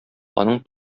аның